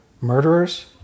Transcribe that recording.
murderers